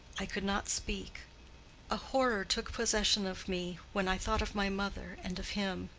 i could not speak a horror took possession of me when i thought of my mother and of him.